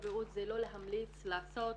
שתפקידו הוא לא להמליץ לעשות.